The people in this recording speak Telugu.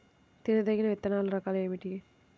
తినదగిన విత్తనాల రకాలు ఏమిటి?